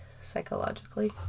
Psychologically